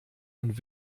und